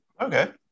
Okay